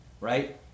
right